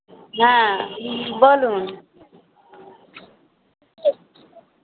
হ্যাঁ বলুন